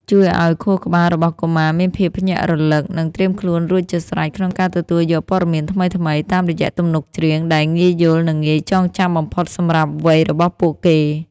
ជួយឱ្យខួរក្បាលរបស់កុមារមានភាពភ្ញាក់រលឹក និងត្រៀមខ្លួនរួចជាស្រេចក្នុងការទទួលយកព័ត៌មានថ្មីៗ តាមរយៈទំនុកច្រៀងដែលងាយយល់ និងងាយចងចាំបំផុតសម្រាប់វ័យរបស់ពួកគេ។